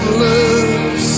love